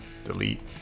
delete